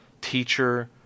teacher